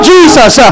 Jesus